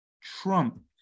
trump